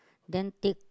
then take